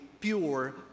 pure